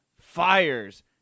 fires